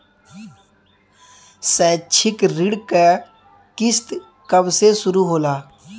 शैक्षिक ऋण क किस्त कब से शुरू होला?